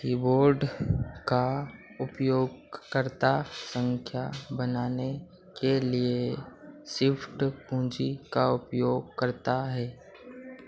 keyboard का उपयोगकर्ता सँख्या बनाने के लिए शिफ़्ट कुन्जी का उपयोग करता है